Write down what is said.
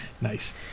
Nice